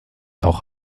auch